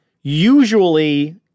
Usually